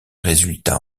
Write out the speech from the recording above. résultats